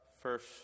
first